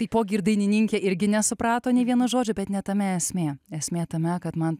taipogi ir dainininkė irgi nesuprato nė vieno žodžio bet ne tame esmė esmė tame kad man